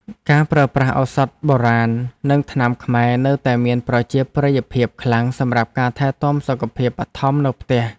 ការប្រើប្រាស់ឱសថបុរាណ និងថ្នាំខ្មែរនៅតែមានប្រជាប្រិយភាពខ្លាំងសម្រាប់ការថែទាំសុខភាពបឋមនៅផ្ទះ។